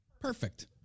perfect